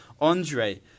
Andre